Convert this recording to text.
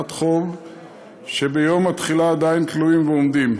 חוב שביום התחילה עדיין תלויים ועומדים.